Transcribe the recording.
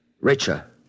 richer